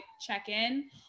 check-in